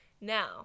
Now